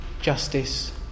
justice